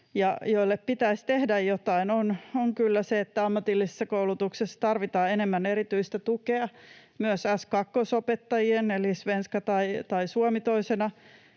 joille pitäisi tehdä jotain, ovat kyllä, että ammatillisessa koulutuksessa tarvitaan enemmän erityistä tukea, myös S2-opetusta eli svenska tai suomi toisena